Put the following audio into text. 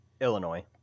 Illinois